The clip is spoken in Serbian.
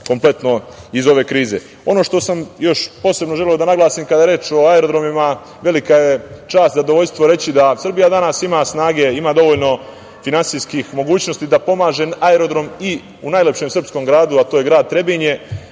kompletno iz ove krize. Ono što sam još posebno želeo da naglasim kada je reč o aerodromima, velika je čast i zadovoljstvo reći da Srbija danas ima snage, ima dovoljno finansijskih mogućnosti da pomaže aerodrom i u najlepšem srpskog gradu, a to je grad Trebinje.